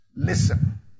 Listen